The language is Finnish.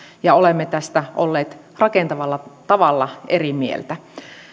ja olemme olleet tästä rakentavalla tavalla eri mieltä